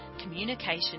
communication